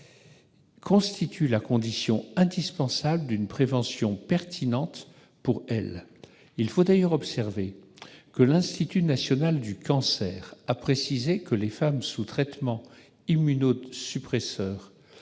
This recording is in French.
constitue la condition indispensable d'une prévention pertinente pour elles. J'observe d'ailleurs que l'Institut national du cancer a précisé que les femmes sous traitement immunosuppresseur